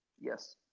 Yes